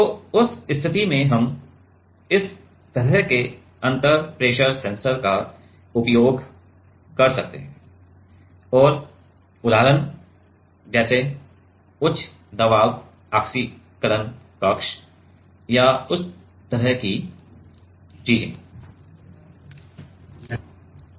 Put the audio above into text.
तो उस स्थिति में हम इस तरह के अंतर प्रेशर सेंसर का उपयोग कर सकते हैं और उदाहरण है जैसे उच्च दबाव ऑक्सीकरण कक्ष या उस तरह की चीजें